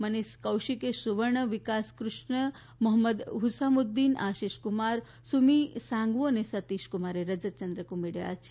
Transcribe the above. મનિષ કૌશિકે સુવર્ણ વિકાસ કૃષ્ણ મોહમ્મદ હુસામુદ્દીન આશિષ કુમાર સુમી સાંગવાન અને સતિષ કુમારે રજત ચંદ્રકો મેળવ્યા છે